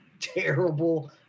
terrible